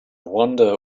wonder